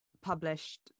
published